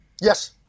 Yes